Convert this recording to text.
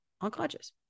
unconscious